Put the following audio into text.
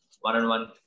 one-on-one